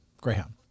Greyhound